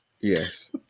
Yes